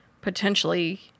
potentially